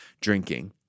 drinking